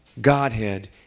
Godhead